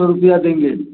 सौ रुपया देंगे